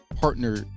partner